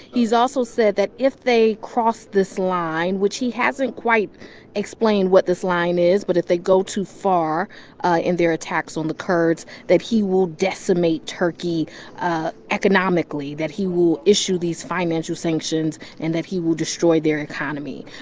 he's also said that if they cross this line, which he hasn't quite explained what this line is, but if they go too far in their attacks on the kurds, that he will decimate turkey ah economically, that he will issue these financial sanctions and that he will destroy their economy.